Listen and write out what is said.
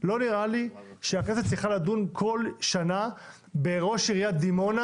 לא נראה לי שהכנסת צריכה לדון כל שנה בראש עיריית דימונה